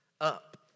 up